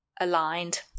aligned